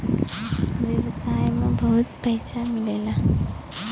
व्यवसाय में बहुत पइसा मिलेला